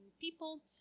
people